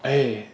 eh